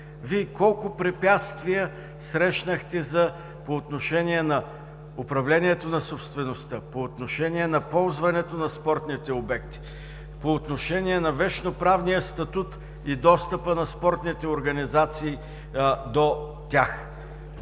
Вие колко препятствия срещнахте по отношение на управлението на собствеността, по отношение на ползването на спортните обекти, по отношение на вещно-правния статут и достъпа на спортните организации до тях?